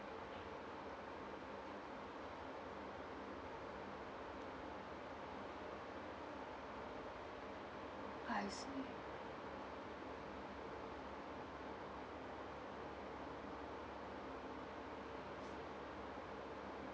I see